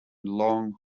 long